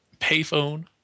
Payphone